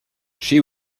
she